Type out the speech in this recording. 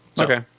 Okay